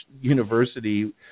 university